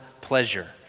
pleasure